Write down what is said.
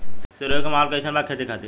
सिरोही के माहौल कईसन बा खेती खातिर?